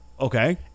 Okay